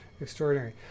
extraordinary